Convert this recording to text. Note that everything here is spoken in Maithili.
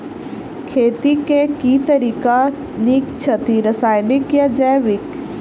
खेती केँ के तरीका नीक छथि, रासायनिक या जैविक?